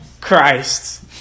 Christ